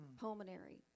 pulmonary